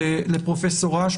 אש.